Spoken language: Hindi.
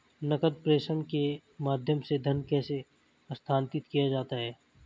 नकद प्रेषण के माध्यम से धन कैसे स्थानांतरित किया जाता है?